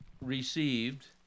received